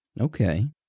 Okay